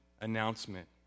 announcement